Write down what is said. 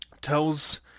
tells